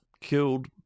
killed